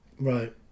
Right